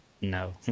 no